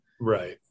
Right